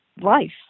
life